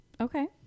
okay